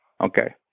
Okay